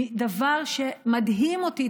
מדהים אותי,